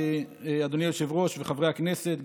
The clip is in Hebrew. אדוני היושב-ראש וחברי הכנסת,